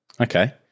Okay